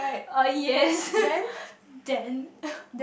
uh yes then